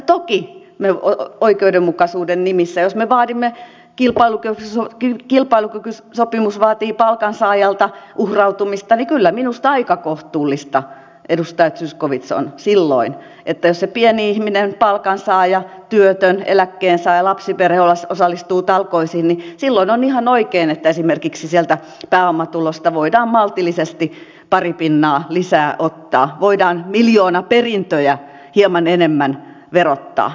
ja toki oikeudenmukaisuuden nimissä jos kilpailukykysopimus vaatii palkansaajalta uhrautumista kyllä minusta aika kohtuullista edustaja zyskowicz on silloin se että jos se pieni ihminen palkansaaja työtön eläkkeensaaja lapsiperhe osallistuu talkoisiin niin silloin on ihan oikein että esimerkiksi sieltä pääomatulosta voidaan maltillisesti pari pinnaa lisää ottaa voidaan miljoonaperintöjä hieman enemmän verottaa